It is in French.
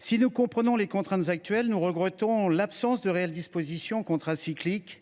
Si nous comprenons les contraintes actuelles, nous regrettons l’absence de réelles dispositions contracycliques